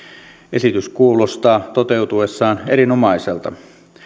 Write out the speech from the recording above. esitys kuulostaa toteutuessaan erinomaiselta